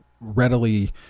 readily